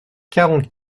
quarante